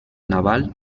naval